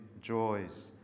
joys